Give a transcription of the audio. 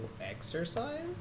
Exercise